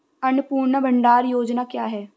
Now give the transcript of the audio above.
अन्नपूर्णा भंडार योजना क्या है?